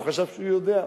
הוא חשב שהוא יודע.